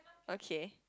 okay